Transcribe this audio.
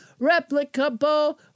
replicable